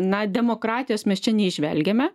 na demokratijos mes čia neįžvelgiame